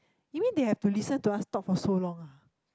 you mean they have to listen to us talk for so long ah